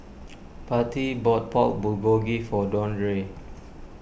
Patti bought Pork Bulgogi for Deandre